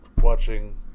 watching